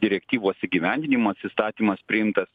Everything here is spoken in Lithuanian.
direktyvos įgyvendinimas įstatymas priimtas